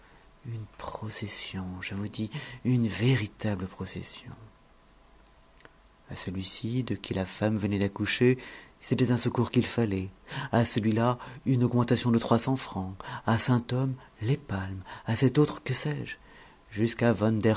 une procession je vous dis une véritable procession à celui-ci de qui la femme venait d'accoucher c'était un secours qu'il fallait à celui-là une augmentation de trois cents francs à sainthomme les palmes à cet autre que sais-je jusqu'à